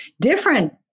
Different